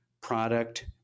product